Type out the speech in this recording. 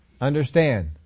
understand